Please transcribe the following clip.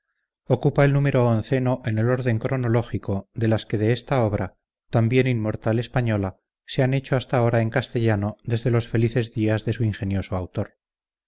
ocupa el número onceno en el orden cronológico de las que de esta obra también inmortal española se han hecho hasta ahora en castellano desde los felices días de su ingenioso autor